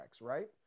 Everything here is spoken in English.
right